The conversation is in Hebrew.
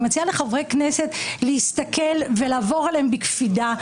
אני מציעה לחברי כנסת להסתכל ולעבור עליהן בקפידה,